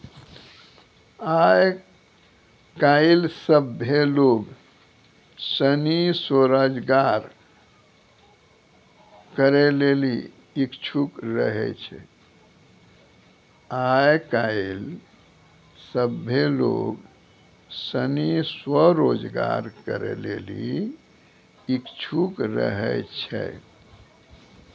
आय काइल सभ्भे लोग सनी स्वरोजगार करै लेली इच्छुक रहै छै